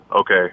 okay